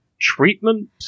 treatment